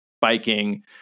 biking